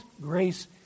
Grace